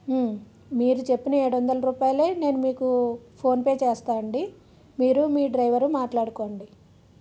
మీరు చెప్పిన ఏడొందల రూపాయలే నేను మీకు ఫోన్పే చేస్తా అండి మీరు మీ డ్రైవర్ మాట్లాడుకోండి